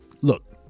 look